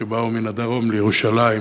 שבאו מהדרום לירושלים,